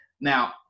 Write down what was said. Now